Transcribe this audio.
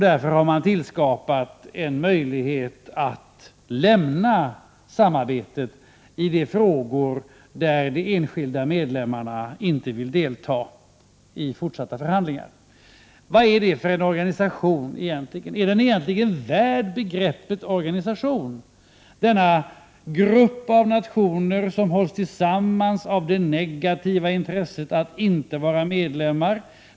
Därför har man tillskapat en möjlighet att lämna samarbetet i de frågor där de enskilda medlemmarna inte vill delta i fortsatta förhandlingar. Vad är det för en organisation? Är den egentligen värd att kallas en organisation, denna grupp av nationer som hålls tillsammans av det negativa intresset att inte vara medlemmar?